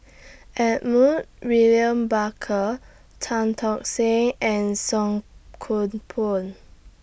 Edmund William Barker Tan Tock Seng and Song Koon Poh